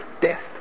Death